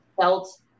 felt